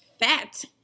fat